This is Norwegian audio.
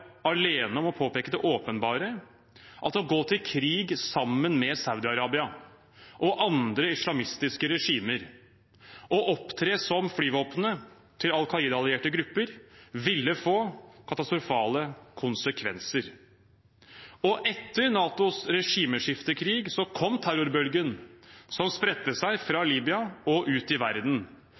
alene om å påpeke det åpenbare – at å gå til krig sammen med Saudi-Arabia og andre islamistiske regimer og opptre som flyvåpenet til Al Qaida-allierte grupper ville få katastrofale konsekvenser. Etter NATOs regimeskiftekrig kom terrorbølgen som spredte seg fra Libya og ut i verden.